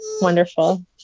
wonderful